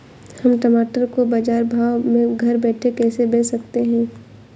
हम टमाटर को बाजार भाव में घर बैठे कैसे बेच सकते हैं?